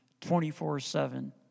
24-7